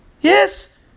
Yes